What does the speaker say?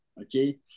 okay